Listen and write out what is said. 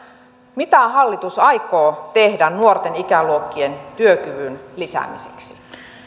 mitä hallitus aikoo tehdä nuorten ikäluokkien työkyvyn lisäämiseksi